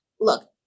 Look